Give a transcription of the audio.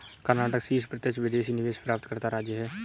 कर्नाटक शीर्ष प्रत्यक्ष विदेशी निवेश प्राप्तकर्ता राज्य है